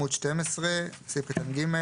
בעמוד 12, סעיף קטן (ג),